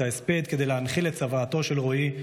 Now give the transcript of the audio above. ההספד כדי להנחיל את צוואתו של רועי,